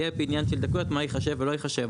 יהיה פה עניין של דקויות מה ייחשב ולא יחשב,